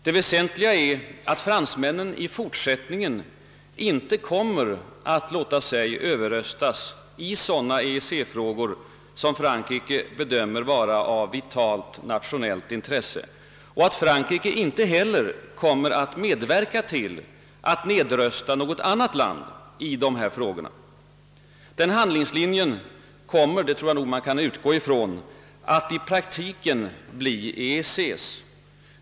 Det väsentliga är att fransmännen i fortsättningen inte kommer att låta sig Ööverröstas i sådana EEC-frågor som Frankrike bedömer vara »av vitalt nationellt intresse» samt att Frankrike inte heller kommer att medverka till att rösta ned något annat land i dessa frågor. Den handlingslinjen tror jag i praktiken kommer att bli EEC:s.